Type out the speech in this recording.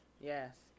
Yes